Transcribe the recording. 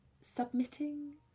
submitting